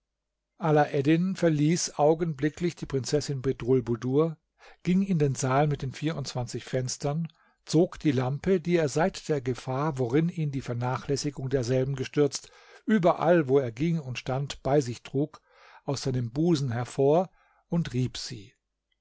alaeddin verließ augenblicklich die prinzessin bedrulbudur ging in den saal mit den vierundzwanzig fenstern zog die lampe die er seit der gefahr worin ihn die vernachlässigung derselben gestürzt überall wo er ging und stand bei sich trug aus seinem busen hervor und rieb sie